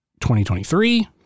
2023